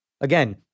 Again